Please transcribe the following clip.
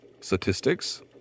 statistics